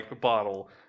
bottle